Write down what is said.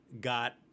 got